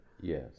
Yes